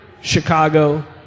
Chicago